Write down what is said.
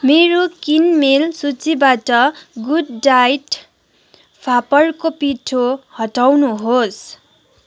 मेरो किनमेल सूचीबाट गुड डाइट फापरको पिठो हटाउनुहोस्